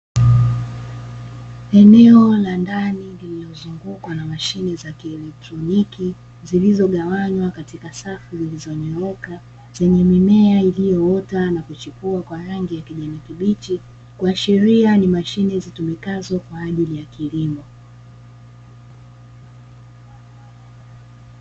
Eneo la ndani limezungukwa na mashine za kielektroniki zilizogawanywa katika safu zilizonyooka, zenye mimea iliyoota na kuchukua kwa rangi ya kijani kibichi kuashiria ni mashine zitumikazo kwa ajili ya kilimo.